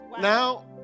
Now